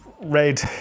red